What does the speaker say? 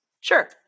Sure